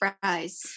fries